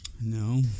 No